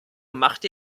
machte